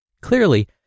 Clearly